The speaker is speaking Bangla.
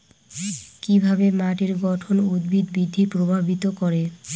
কিভাবে মাটির গঠন উদ্ভিদ বৃদ্ধি প্রভাবিত করে?